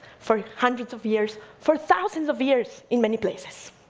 for hundreds of years, for thousands of years, in many places.